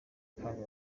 kandi